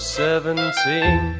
seventeen